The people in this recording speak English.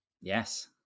Yes